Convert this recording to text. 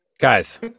guys